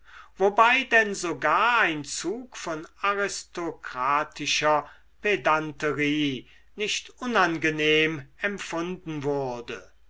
wobei denn sogar ein zug von aristokratischer pedanterie nicht unangenehm empfunden wurde